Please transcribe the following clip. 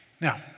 Now